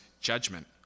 judgment